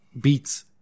beats